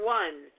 one